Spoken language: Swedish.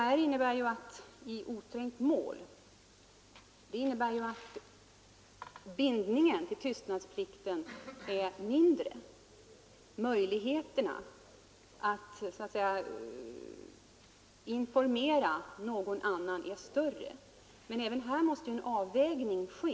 Formuleringen ”i oträngt mål” innebär att bindningen till tystnadsplikt är mindre än i det första fallet, och möjligheterna att informera någon annan är större. Men även här måste en avvägning ske.